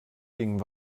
ging